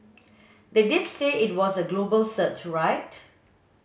they did say it was a global search right